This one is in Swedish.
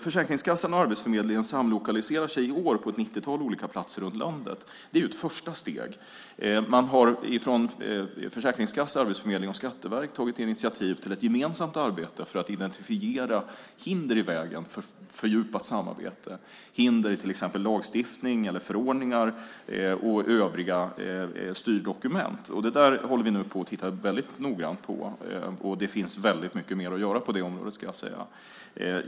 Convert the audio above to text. Försäkringskassan och Arbetsförmedlingen samlokaliserar sig i år på ett 90-tal platser runt om i landet. Det är ett första steg. Man har från Försäkringskassan, Arbetsförmedlingen och Skatteverket tagit initiativ till ett gemensamt arbete för att identifiera ett hinder i vägen för ett fördjupat samarbete. Det gäller hinder i till exempel lagstiftning, förordningar och övriga styrdokument. Det håller vi nu på att titta väldigt noggrant på. Det finns väldigt mycket mer att göra på det området.